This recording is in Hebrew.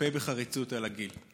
מחפה בחריצות על הגיל.